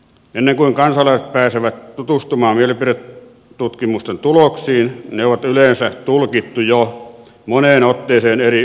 ennen kuin kansalaiset pääsevät tutustumaan mielipidetutkimusten tuloksiin ne on yleensä tulkittu jo moneen otteeseen eri yhteyksissä